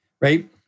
right